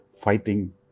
fighting